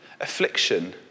Affliction